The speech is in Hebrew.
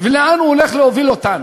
ולאן הוא הולך להוביל אותנו.